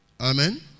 Amen